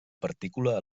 partícula